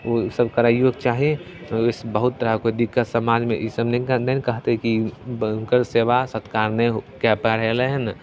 ओसब करैओके चाही ईसब बहुत तरहके कोइ दिक्कत समाजमे ईसब नहि ने कहतै कि हिनकर सेवा सत्कार नहि कै पा रहलै हँ